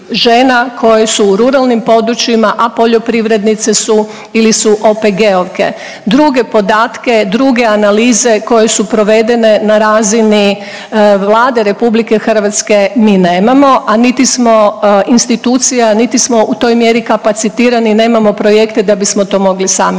koje su u ruralnim područjima, a poljoprivrednice su ili su OPG-ovke. Druge podatke, druge analize koje su provedene na razini Vlade RH mi nemamo, a niti smo institucija, niti smo u toj mjeri kapacitirani, nemamo projekte da bismo to mogli sami